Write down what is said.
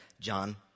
John